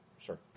sure